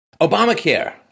Obamacare